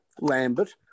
Lambert